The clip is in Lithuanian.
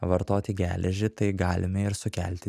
vartoti geležį tai galime ir sukelti